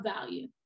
value